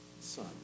son